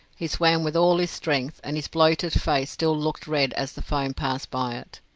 he swam with all his strength, and his bloated face still looked red as the foam passed by it.